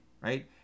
right